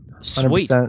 Sweet